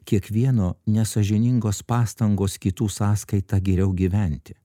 kiekvieno nesąžiningos pastangos kitų sąskaita geriau gyventi